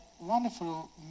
wonderful